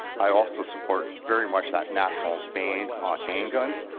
i also support very much that national ban on handguns.